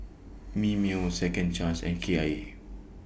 Mimeo Second Chance and Kia eight